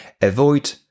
avoid